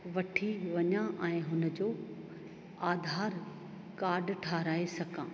वठी वञा ऐं हुन जो आधार कार्ड ठाहिराए सघां